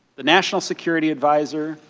the national security adviser,